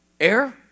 air